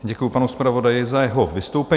Děkuju panu zpravodaji za jeho vystoupení.